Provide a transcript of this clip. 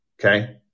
Okay